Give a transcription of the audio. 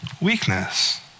weakness